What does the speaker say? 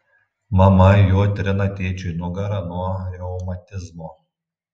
mama juo trina tėčiui nugarą nuo reumatizmo